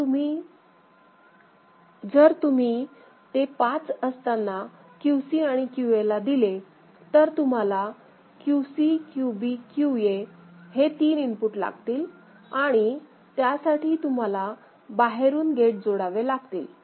आणि जर तुम्ही ते पाच असताना QCआणि QA दिले तर तुम्हाला QC QB QA हे 3 इनपुट लागतील आणि त्यासाठी तुम्हाला बाहेरून गेट जोडावे लागतील